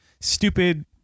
stupid